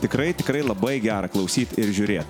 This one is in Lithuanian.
tikrai tikrai labai gera klausyt ir žiūrėt